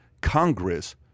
Congress